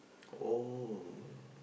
oh